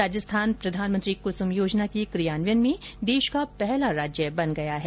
राजस्थान प्रधानमंत्री कुसुम योजना के कियान्वयन में देश का पहला राज्य बन गया है